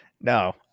No